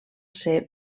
ser